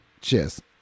Cheers